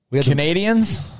Canadians